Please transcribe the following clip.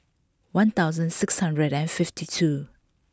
one thousand six hundred and fifty two